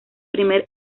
primer